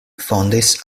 fondis